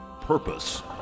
Purpose